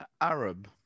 Arab